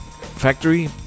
factory